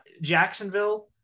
Jacksonville